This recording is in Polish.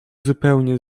zupełnie